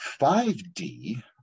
5D